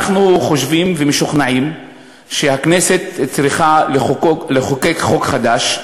אנחנו חושבים ומשוכנעים שהכנסת צריכה לחוקק חוק חדש,